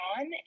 on